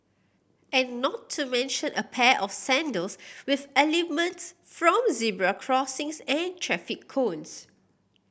and not to mention a pair of sandals with elements from zebra crossings and traffic cones